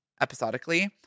episodically